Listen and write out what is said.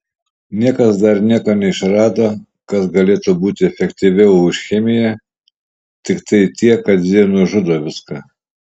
niekas dar nieko neišrado kas galėtų būti efektyviau už chemiją tiktai tiek kad ji nužudo viską